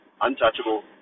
untouchable